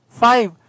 five